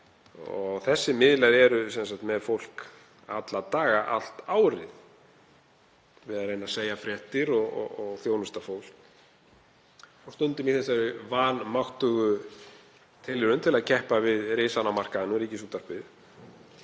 og þessir miðlar eru með fólk alla daga allt árið við að segja fréttir og þjónusta fólk og stundum í þeirri vanmáttugu tilraun til að keppa við risann á markaði, Ríkisútvarpið,